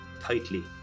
tightly